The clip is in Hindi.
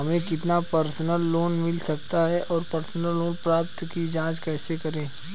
हमें कितना पर्सनल लोन मिल सकता है और पर्सनल लोन पात्रता की जांच कैसे करें?